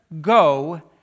go